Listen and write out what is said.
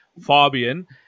fabian